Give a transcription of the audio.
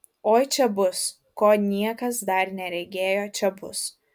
oi čia bus ko niekas dar neregėjo čia bus